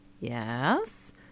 Yes